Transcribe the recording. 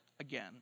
again